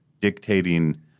dictating